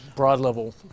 broad-level